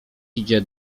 idzie